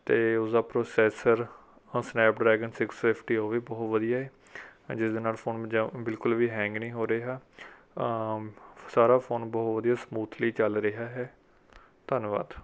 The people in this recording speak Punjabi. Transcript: ਅਤੇ ਉਸ ਦਾ ਪ੍ਰੋਸੈਸਰ ਆ ਸਨੈਪ ਡ੍ਰੈਗਨ ਸਿਕਸ ਫਿਫਟੀ ਉਹ ਵੀ ਬਹੁਤ ਵਧੀਆ ਹੈ ਜਿਸ ਦੇ ਫੋਨ ਜਮ ਬਿਲਕੁਲ ਵੀ ਹੈਂਗ ਨਹੀਂ ਹੋ ਰਿਹਾ ਸਾਰਾ ਫੋਨ ਬਹੁਤ ਵਧੀਆ ਸਮੂਥਲੀ ਚੱਲ ਰਿਹਾ ਹੈ ਧੰਨਵਾਦ